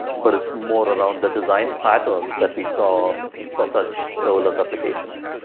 but it's more around the design patterns that we saw for such serverless applications.